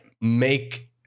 make